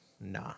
nah